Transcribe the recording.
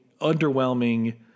underwhelming